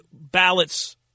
ballots